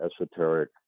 esoteric